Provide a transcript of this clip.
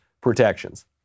protections